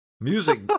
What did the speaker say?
Music